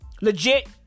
Legit